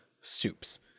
soups